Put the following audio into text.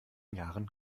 jahren